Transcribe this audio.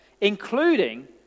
including